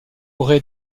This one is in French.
aurait